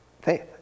faith